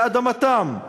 מאדמתם,